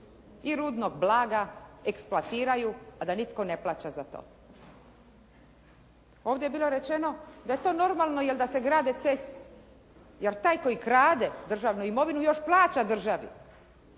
i rudnog blaga eksploatiraju, a da nitko ne plaća za to. Ovdje je bilo rečeno da je to normalno, jer da se grade ceste. Jer taj koji krade državnu imovinu još plaća državi.